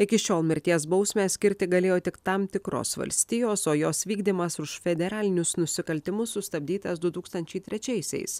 iki šiol mirties bausmę skirti galėjo tik tam tikros valstijos o jos vykdymas už federalinius nusikaltimus sustabdytas du tūkstančiai trečiaisiais